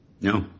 No